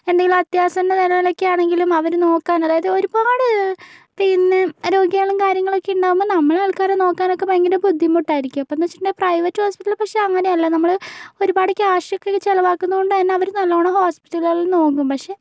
എന്തെങ്കിലും അത്യാസന്ന നിലയിലൊക്കെ ആണെങ്കിലും അവരെ നോക്കാൻ അതായത് ഒരുപാട് പിന്നെ രോഗികളും കാര്യങ്ങളുമൊക്കെ ഉണ്ടാകുമ്പോൾ നമ്മുടെ ആൾക്കാരെ നോക്കാനൊക്കെ ഭയങ്കര ബുദ്ധിമുട്ടായിരിക്കും അപ്പോഴെന്ന് വച്ചിട്ടുണ്ടെങ്കിൽ പ്രൈവറ്റ് ഹോസ്പിറ്റലിൽ പക്ഷെ അങ്ങനെയല്ല നമ്മൾ ഒരുപാട് ക്യാഷൊക്കെ ചെലവാക്കുന്നതുകൊണ്ട് തന്നെ അവർ നല്ലോണം ഹോസ്പിറ്റലുകളിൽ നോക്കും പക്ഷെ